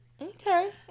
okay